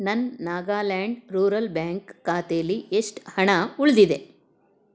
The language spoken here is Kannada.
ನನ್ನ ನಾಗಾಲ್ಯಾಂಡ್ ರೂರಲ್ ಬ್ಯಾಂಕ್ ಖಾತೆಲಿ ಎಷ್ಟು ಹಣ ಉಳಿದಿದೆ